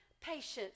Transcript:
patience